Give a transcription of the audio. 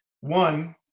One